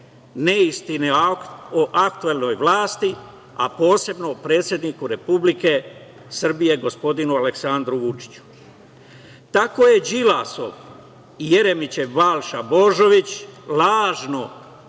neistine o aktuelnoj vlasti, a posebno o predsedniku Republike Srbije, gospodinu Aleksandru Vučiću. Tako je Đilasov i Jeremićev Balša Božović lažno